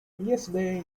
yesterday